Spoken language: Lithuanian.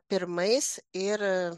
pirmais ir